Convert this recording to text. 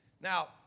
Now